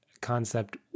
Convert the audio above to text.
concept